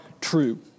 true